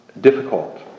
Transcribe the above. Difficult